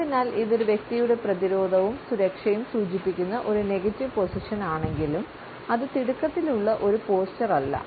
അതിനാൽ ഇത് ഒരു വ്യക്തിയുടെ പ്രതിരോധവും സുരക്ഷയും സൂചിപ്പിക്കുന്ന ഒരു നെഗറ്റീവ് പൊസിഷൻ ആണെങ്കിലും അത് തിടുക്കത്തിലുള്ള ഒരു പോസ്ചർ അല്ല